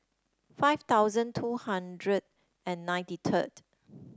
five thousand two hundred and ninety third